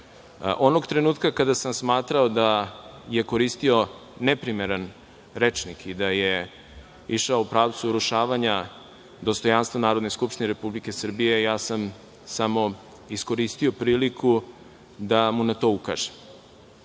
trenutka kada sam smatrao da je koristio neprimeren rečnik i da je išao u pravcu urušavanja dostojanstva Narodne skupštine Republike Srbije, ja sam samo iskoristio priliku da mu na to ukažem.